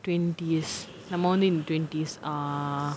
twenty years நம்ம வந்து:namma vanthu in twenties uh